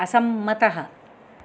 असम्मतः